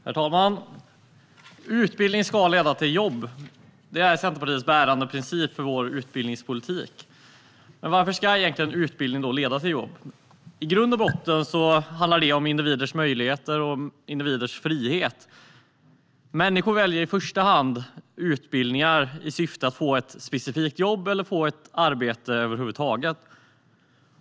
Herr talman! Utbildning ska leda till jobb. Det är Centerpartiets bärande princip för utbildningspolitiken. Varför ska egentligen utbildning leda till jobb? I grund och botten handlar det om individers möjligheter och frihet. Människor väljer i första hand utbildning i syfte att få ett specifikt jobb eller i syfte att få ett arbete över huvud taget.